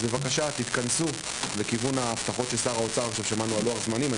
אז בבקשה תתכנסו לכיוון ההבטחות ששר האוצר עכשיו שאמר לנו על לוח זמנים.